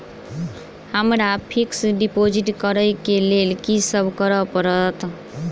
हमरा fix deposit करऽ केँ लेल की सब करऽ पड़त?